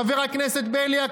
חבר הכנסת בליאק,